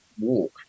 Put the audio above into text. walk